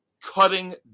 cutting